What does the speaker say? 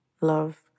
love